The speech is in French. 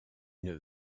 une